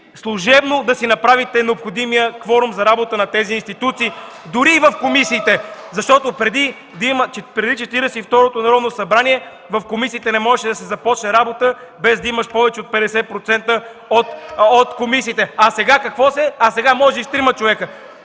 служебно да си направите необходимия кворум за работа на тези институции, дори и в комисиите. Преди Четиридесет и второто Народно събрание в комисиите не можеше да се започне работа без да има повече от 50% от комисиите. А сега какво? Сега може и с